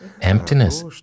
Emptiness